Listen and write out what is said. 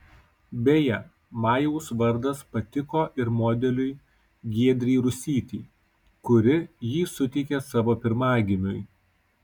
beje majaus vardas patiko ir modeliui giedrei rusytei kuri jį suteikė savo pirmagimiui